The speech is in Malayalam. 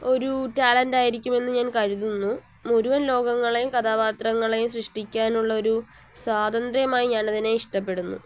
ഒരു ടാലൻ്റായിരിക്കുമെന്ന് ഞാൻ കരുതുന്നു മുഴുവൻ ലോകങ്ങളെയും കഥാപാത്രങ്ങളെയും സൃഷ്ടിക്കാനുള്ളൊരു സ്വാതന്ത്ര്യമായി ഞാനതിനെ ഇഷ്ടപ്പെടുന്നു